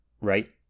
right